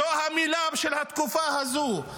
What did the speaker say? זו המילה של התקופה הזו.